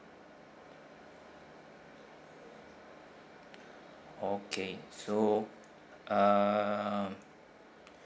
okay so uh